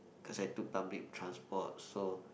cause I took public transport so